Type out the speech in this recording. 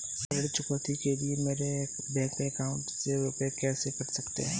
ऋण चुकौती के लिए मेरे बैंक अकाउंट में से रुपए कैसे कट सकते हैं?